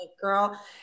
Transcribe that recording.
girl